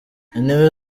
intebe